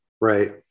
Right